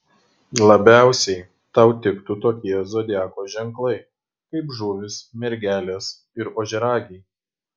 labiausiai tau tiktų tokie zodiako ženklai kaip žuvys mergelės ir ožiaragiai